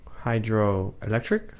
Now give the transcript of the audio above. hydroelectric